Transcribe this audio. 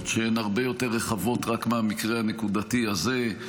שהן הרבה יותר רחבות רק מהמקרה הנקודתי הזה.